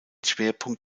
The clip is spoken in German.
schwerpunkt